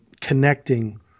connecting